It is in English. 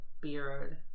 beard